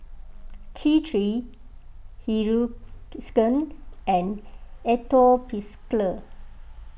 T three Hiruscar and Atopiclair